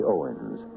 Owens